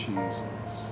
Jesus